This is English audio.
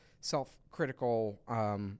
self-critical